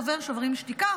דובר שוברים שתיקה,